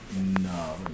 no